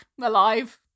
alive